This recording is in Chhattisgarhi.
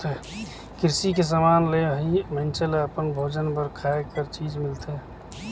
किरसी के समान ले ही मइनसे ल अपन भोजन बर खाए कर चीज मिलथे